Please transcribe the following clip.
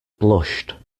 blushed